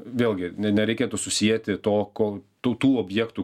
vėlgi ne nereikėtų susieti to ko tu tų objektų